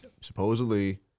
supposedly